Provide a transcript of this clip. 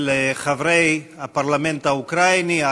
של חברי הפרלמנט האוקראיני,